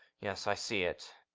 yes, i see it.